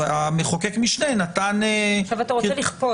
אז מחוקק משנה נתן --- אבל אתה רוצה לכפות.